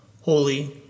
Holy